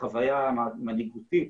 לחוויה מנהיגותית,